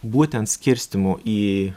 būtent skirstymu į